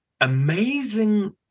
amazing